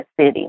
city